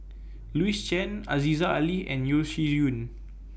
Louis Chen Aziza Ali and Yeo Shih Yun